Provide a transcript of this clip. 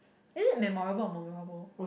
is it memorable or memorable